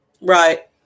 Right